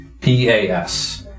P-A-S